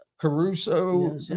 Caruso